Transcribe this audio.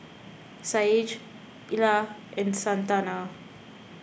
Saige Illa and Santana